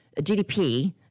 GDP –